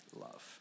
love